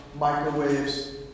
microwaves